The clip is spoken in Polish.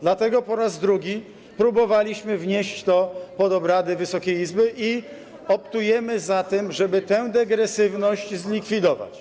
Dlatego po raz drugi próbowaliśmy wnieść to pod obrady Wysokiej Izby i optujemy za tym, żeby tę degresywność zlikwidować.